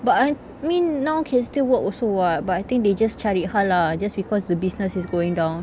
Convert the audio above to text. but I mean now can still work also [what] but I think they just cari hal lah just because the business is going down